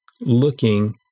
looking